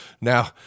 Now